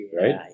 Right